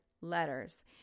letters